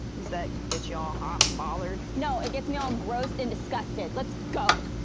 does that get you all hot and bothered? no. it gets me all gross and disgusted. let's go!